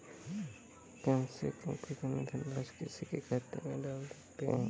कम से कम कितनी धनराशि किसी के खाते में डाल सकते हैं?